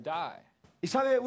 die